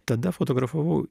tada fotografavau